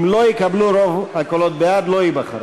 אם לא יקבלו את רוב הקולות בעד, לא ייבחרו.